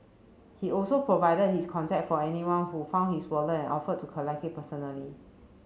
he also provided his contact for anyone who found his wallet and offered to collect it personally